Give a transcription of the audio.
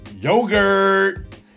Yogurt